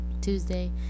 Tuesday